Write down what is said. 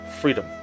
freedom